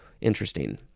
Interesting